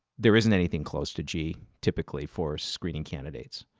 there isn't anything close to g, typically, for screening candidates.